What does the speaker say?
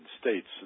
states